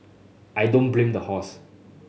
I don't blame the horse